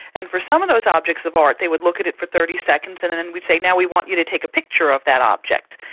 and for some of those objects of art they would look at it for thirty seconds and then we would say, now we want you to take a picture of that object.